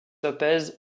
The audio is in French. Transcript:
lopez